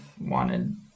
wanted